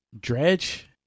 Dredge